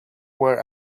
were